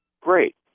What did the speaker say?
Great